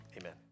Amen